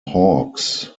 hawks